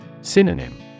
Synonym